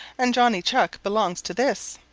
and johnny chuck belongs to this.